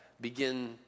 begin